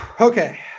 Okay